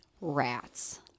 rats